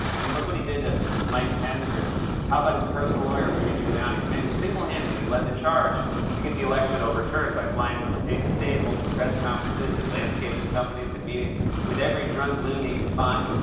i mean, look what he did to mike pence, or how about his personal lawyer, rudy giuliani, the man who single-handedly led the charge to get the election overturned by flying from state to state, holding press conferences at landscaping companies, and meeting with every drunk loon he could find?